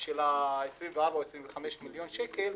של 24 או 25 מיליון שקל,